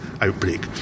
outbreak